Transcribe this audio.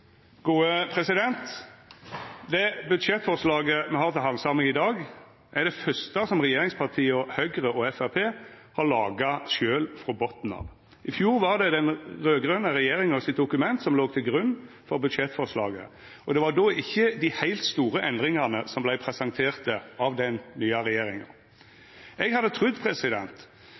har laga sjølve frå botnen av. I fjor var det den raud-grøne regjeringa sitt dokument som låg til grunn for budsjettforslaget, og det var då ikkje dei heilt store endringane som vart presenterte av den nye regjeringa. Eg hadde trudd